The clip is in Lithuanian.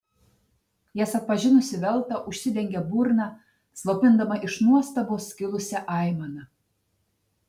jas atpažinusi velta užsidengė burną slopindama iš nuostabos kilusią aimaną